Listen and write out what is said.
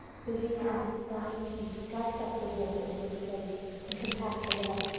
the reed with its fine teeth strikes up the woof into its place and compacts the web.